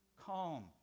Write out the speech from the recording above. Calm